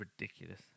ridiculous